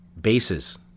bases